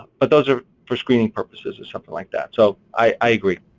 but those are for screening purposes or something like that, so i agree.